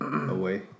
away